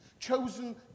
Chosen